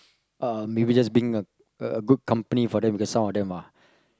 uh maybe just being a a good company for them because some of them are